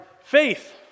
faith